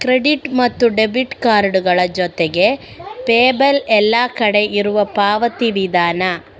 credit ಮತ್ತು debit ಕಾರ್ಡುಗಳ ಜೊತೆಗೆ ಪೇಪಾಲ್ ಎಲ್ಲ ಕಡೆ ಇರುವ ಪಾವತಿ ವಿಧಾನ